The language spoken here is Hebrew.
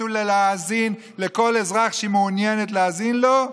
ולהאזין לכל אזרח שהיא מעוניינת להאזין לו?